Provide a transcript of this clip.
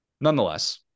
Nonetheless